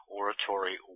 oratory